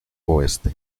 oeste